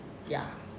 ya